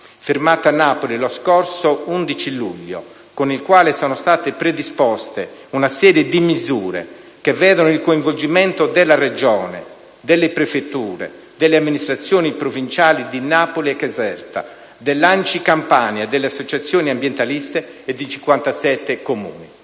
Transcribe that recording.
firmato a Napoli lo scorso 11 luglio, con il quale è stata predisposta una serie di misure, che vedono il coinvolgimento della Regione, delle prefetture, delle amministrazioni provinciali di Napoli e Caserta, dell'ANCI Campania, delle associazioni ambientaliste e di 57 Comuni.